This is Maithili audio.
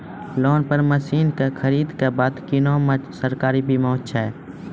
लोन पर मसीनऽक खरीद के बाद कुनू सरकारी बीमा छै?